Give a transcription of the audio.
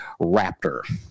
Raptor